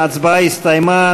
ההצבעה הסתיימה.